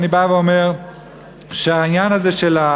אני בא ואומר שהעניין הזה של,